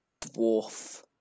Dwarf